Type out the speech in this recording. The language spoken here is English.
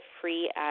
free